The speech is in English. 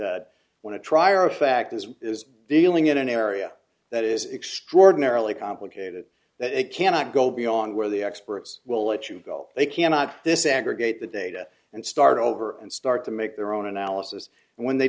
want to try are a fact as is dealing in an area that is extraordinarily complicated that it cannot go beyond where the experts will let you go they cannot this aggregate the data and start over and start to make their own analysis and when they